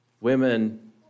Women